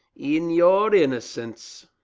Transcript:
in your innocence.